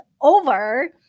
over